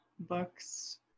books